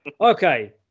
Okay